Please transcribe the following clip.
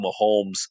Mahomes